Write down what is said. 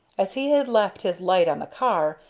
as he had left his light on the car,